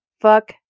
fuck